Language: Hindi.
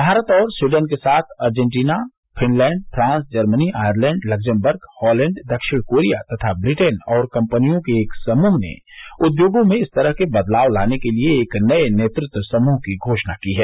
भारत और स्वीडन के साथ Argentina Finland France Germany Ireland Luxembourg Holland दक्षिण कोरिया तथा ब्रिटेन और कंपनियों के एक समूह ने उद्योगों में इस तरह के बदलाव लाने के लिए एक नये नेतृत्व समूह की घोषणा की है